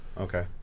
Okay